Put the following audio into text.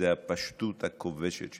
זו הפשטות הכובשת שלך,